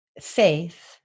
faith